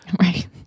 Right